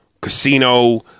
Casino